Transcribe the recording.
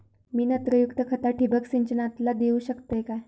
मी नत्रयुक्त खता ठिबक सिंचनातना देऊ शकतय काय?